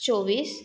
चोवीस